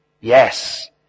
Yes